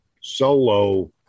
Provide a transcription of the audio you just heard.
solo